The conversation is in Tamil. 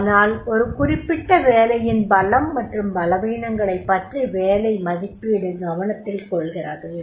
ஆனால் ஒரு குறிப்பிட்ட வேலையின் பலம் மற்றும் பலவீனங்களைப் பற்றி வேலை மதிப்பீடு கவனத்தில் கொள்கிறது